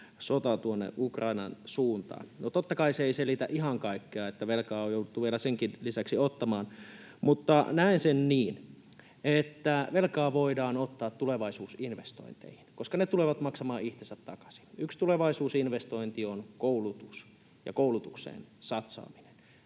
sota tuonne Ukrainan suuntaan. No, totta kai se ei selitä ihan kaikkea, velkaa on jouduttu vielä senkin lisäksi ottamaan, mutta näen sen niin, että velkaa voidaan ottaa tulevaisuusinvestointeihin, koska ne tulevat maksamaan itsensä takaisin. Yksi tulevaisuusinvestointi on koulutus ja koulutukseen satsaaminen.